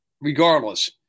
regardless